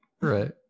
Right